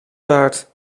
baard